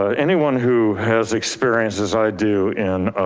ah anyone who has experienced as i do in